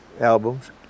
albums